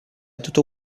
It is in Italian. tutto